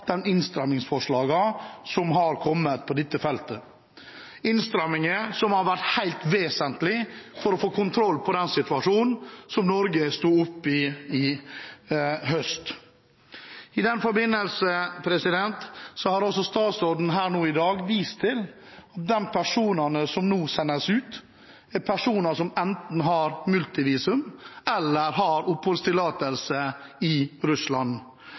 den situasjonen som Norge sto oppe i i høst. I den forbindelse har statsråden her nå i dag vist til at de personene som nå sendes ut, er personer som har enten multivisum eller oppholdstillatelse i Russland.